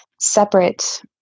separate